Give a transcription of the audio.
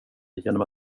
genom